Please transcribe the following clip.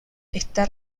está